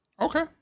Okay